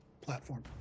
platform